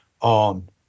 on